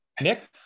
Nick